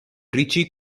ricci